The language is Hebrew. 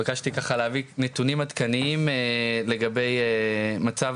התבקשתי להביא נתונים עדכניים לגבי מצב